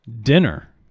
Dinner